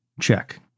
Check